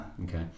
Okay